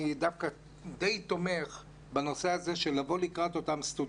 אני די תומך בנושא הזה של לבוא לקראת הסטודנטים,